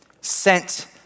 sent